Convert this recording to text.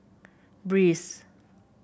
breeze